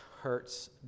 hurts